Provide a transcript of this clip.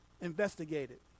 Investigated